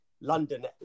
London